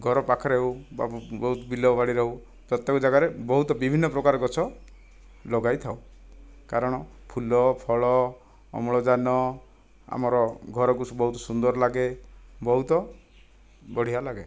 ଘର ପାଖରେ ହେଉ ବା ବହୁତ ବିଲ ବାଡ଼ିରେ ହେଉ ପ୍ରତ୍ୟେକ ଜାଗାରେ ବହୁତ ବିଭିନ୍ନ ପ୍ରକାର ଗଛ ଲଗାଇଥାଉ କାରଣ ଫୁଲ ଫଳ ଅମ୍ଳଜାନ ଆମର ଘରକୁ ବହୁତ ସୁନ୍ଦର ଲାଗେ ବହୁତ ବଢ଼ିଆ ଲାଗେ